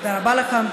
תודה רבה לך.